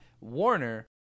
Warner